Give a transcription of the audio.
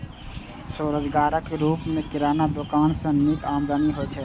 स्वरोजगारक रूप मे किराना दोकान सं नीक आमदनी होइ छै